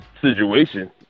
situation